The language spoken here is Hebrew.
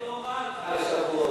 הסבר לא רע על חג השבועות.